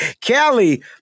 Kelly